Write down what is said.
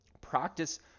practice